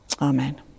Amen